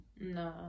No